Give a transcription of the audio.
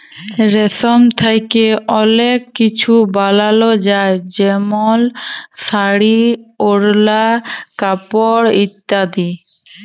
রেশম থ্যাকে অলেক কিছু বালাল যায় যেমল শাড়ি, ওড়লা, কাপড় ইত্যাদি